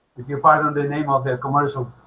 if you'll pardon and the name of the commercial